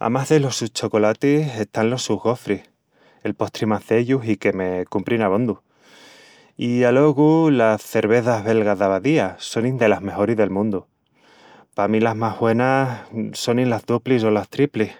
amás delos sus chocolatis están los sus gofris, el postri más d'ellus i que me cumprin abondu. I alogu, las cervezas belgas d'abadía sonin delas mejoris del mundu. Pa mí, las más güenas sonin las duplis o las triplis.